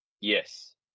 Yes